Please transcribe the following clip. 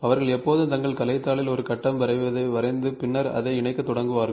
அவர்கள் எப்போதும் தங்கள் கலைத் தாளில் ஒரு கட்டம் வடிவத்தை வரைந்து பின்னர் அதை இணைக்கத் தொடங்குவார்கள்